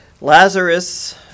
Lazarus